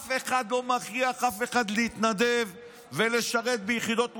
אף אחד לא מכריח אף אחד להתנדב ולשרת ביחידות מובחרות.